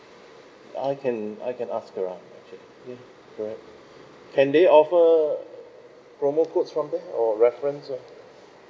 I can I can ask sure mm correct can they offer promo codes from there or reference ah